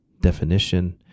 definition